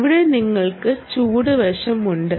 ഇവിടെ നിങ്ങൾക്ക് ചൂടുള്ള വശമുണ്ട്